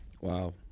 Wow